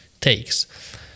takes